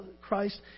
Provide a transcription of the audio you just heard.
Christ